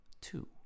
two